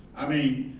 i mean.